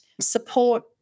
support